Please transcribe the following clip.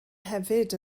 hefyd